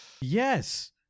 Yes